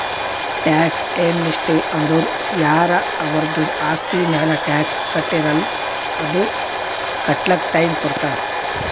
tax amnesty ಅಂದುರ್ ಯಾರ ಅವರ್ದು ಆಸ್ತಿ ಮ್ಯಾಲ ಟ್ಯಾಕ್ಸ್ ಕಟ್ಟಿರಲ್ಲ್ ಅದು ಕಟ್ಲಕ್ ಟೈಮ್ ಕೊಡ್ತಾರ್